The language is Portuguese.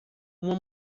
uma